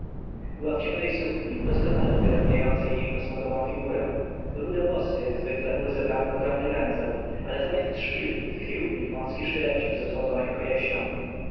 była w ciemnej sukni doskonale uwydatniającej jej posągową figurę rude włosy jak zwykle były zebrane w ogromny węzeł ale zamiast szpilki tkwił w nich wąski sztylecik ze złotą